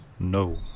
No